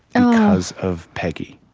and because of peggy.